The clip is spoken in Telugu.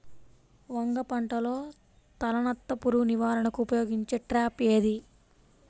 వంగ పంటలో తలనత్త పురుగు నివారణకు ఉపయోగించే ట్రాప్ ఏది?